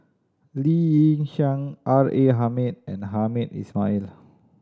Lee Yi Shyan R A Hamid and Hamed Ismail